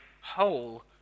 whole